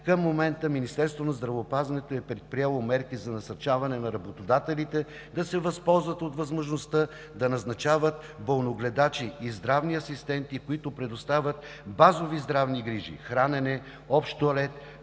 здравеопазването е предприело мерки за насърчаване на работодателите да се възползват от възможността да назначават болногледачи и здравни асистенти, които предоставят базови здравни грижи: хранене, общ тоалет,